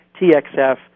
TXF